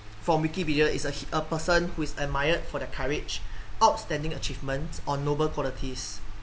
from Wikipedia is a he~ is a person who is admired for their courage outstanding achievements or noble qualities